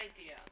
idea